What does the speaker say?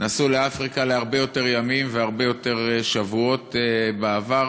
נסעו לאפריקה להרבה יותר ימים והרבה יותר שבועות בעבר.